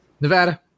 Nevada